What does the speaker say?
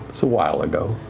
so while ago.